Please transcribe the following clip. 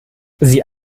sie